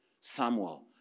Samuel